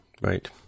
Right